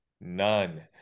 none